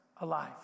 alive